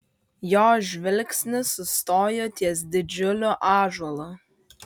jo žvilgsnis sustojo ties didžiuliu ąžuolu